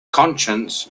conscience